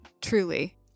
Truly